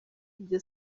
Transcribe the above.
ibyo